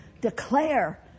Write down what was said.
Declare